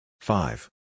Five